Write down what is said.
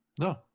No